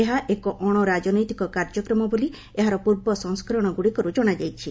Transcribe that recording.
ଏହା ଏକ ଅଶରାଜନୈତିକ କାର୍ଯ୍ୟକ୍ରମ ବୋଲି ଏହାର ପୂର୍ବ ସଂସ୍କରଣଗ୍ରଡ଼ିକର୍ତ୍ ଜଣାଯାଇଛି